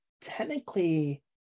technically